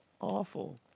awful